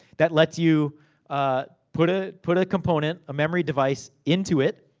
that lets you ah put ah put a component, a memory device, into it,